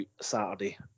Saturday